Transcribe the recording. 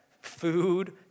food